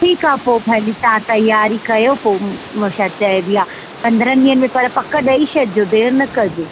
ठीकु आहे पोइ भली तां तयारी कयो पोइ उहो छा चइबी आहे पंद्रहनि ॾींहंनि में पक ॾेई छॾिजो देरि न कजो